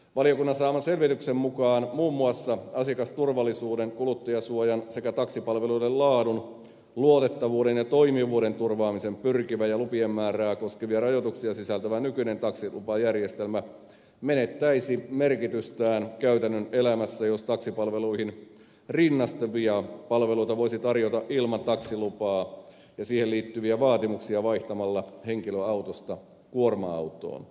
valiokunnan saaman selvityksen mukaan muun muassa asiakasturvallisuuden kuluttajansuojan sekä taksipalveluiden laadun luotettavuuden ja toimivuuden turvaamiseen pyrkivä ja lupien määrää koskevia rajoituksia sisältävä nykyinen taksilupajärjestelmä menettäisi merkitystään käytännön elämässä jos taksipalveluihin rinnastuvia palveluita voisi tarjota ilman taksilupaa ja siihen liittyviä vaatimuksia vaihtamalla henkilöautosta kuorma autoon